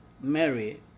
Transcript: Mary